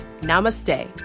Namaste